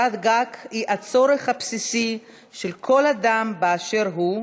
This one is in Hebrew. קורת גג היא הצורך הבסיסי של כל אדם, באשר הוא,